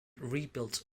rebuilt